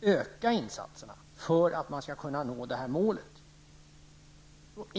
öka insatserna för att nå målet.